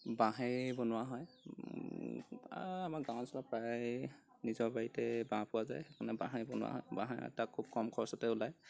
বাঁহেৰেই বনোৱা হয় আমাৰ গাঁও অঞ্চলত প্ৰায় নিজৰ বাৰীতে বাঁহ পোৱা যায় সেইকাৰণে বাঁহে বনোৱা হয় বাঁহে তাক খুব কম খৰচতে ওলায়